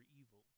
evil